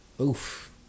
oof